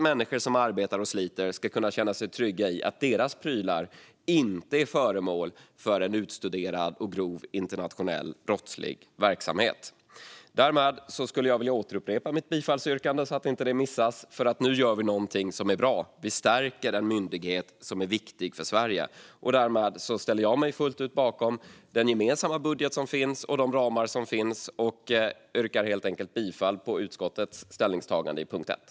Människor som arbetar och sliter ska kunna känna sig trygga i att deras prylar inte är föremål för en utstuderad och grov internationell brottslig verksamhet. Jag skulle vilja upprepa mitt bifallsyrkande så att det inte missas. Nu gör vi nämligen någonting som är bra; vi stärker en myndighet som är viktig för Sverige. Härmed ställer jag mig fullt ut bakom den gemensamma budget och de ramar som finns och yrkar bifall till utskottets förslag under punkt 1.